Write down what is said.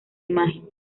imagen